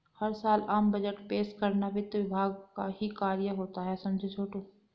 हर साल आम बजट पेश करना वित्त विभाग का ही कार्य होता है समझे छोटू